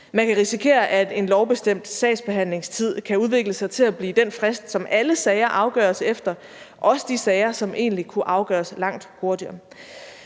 Man kan risikere, at en lovbestemt sagsbehandlingstid kan udvikle sig til at blive den frist, som alle sager afgøres efter, også de sager, som egentlig kunne afgøres langt hurtigere.